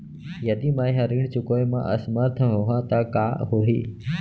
यदि मैं ह ऋण चुकोय म असमर्थ होहा त का होही?